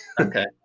Okay